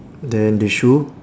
then the shoe